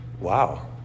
wow